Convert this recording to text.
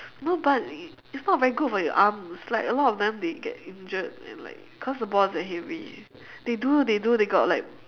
no but it's not very good for your arms like a lot of them they get injured and like cause the ball is very heavy they do they do they got like